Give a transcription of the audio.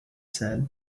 said